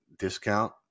discount